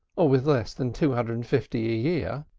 or with less than two hundred and fifty a year.